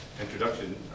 introduction